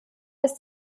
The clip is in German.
ist